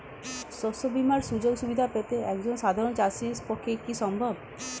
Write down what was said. শস্য বীমার সুযোগ সুবিধা পেতে একজন সাধারন চাষির পক্ষে কি সম্ভব?